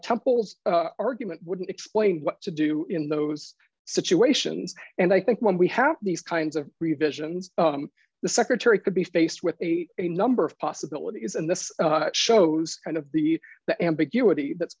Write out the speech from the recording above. temples argument wouldn't explain what to do in those situations and i think when we have these kinds of revisions the secretary could be faced with a a number of possibilities and this shows kind of the the ambiguity that's